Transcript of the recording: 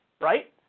Right